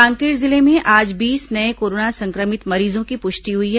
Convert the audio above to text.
कांकेर जिले में आज बीस नये कोरोना संक्रमित मरीजों की पुष्टि हुई है